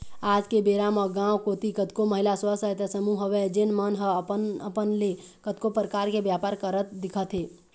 आज के बेरा म गाँव कोती कतको महिला स्व सहायता समूह हवय जेन मन ह अपन अपन ले कतको परकार के बेपार करत दिखत हे